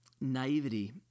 naivety